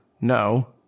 No